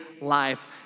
life